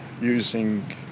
using